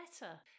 better